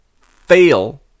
fail